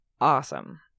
Awesome